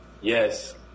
Yes